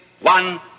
One